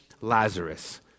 Lazarus